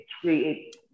create